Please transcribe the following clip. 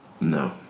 No